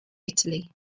italy